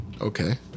Okay